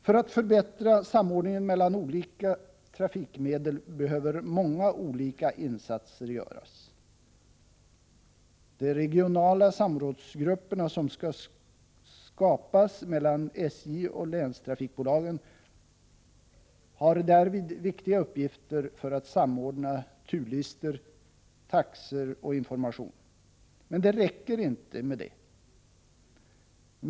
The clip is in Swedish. För att förbättra samordningen mellan olika trafikmedel behöver många olika insatser göras. De regionala samrådsgrupper som skall skapas mellan SJ och länstrafikbolagen har därvid viktiga uppgifter för att samordna turlistor, taxor och information. Men det räcker inte med det.